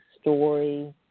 story